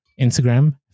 Instagram